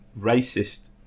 racist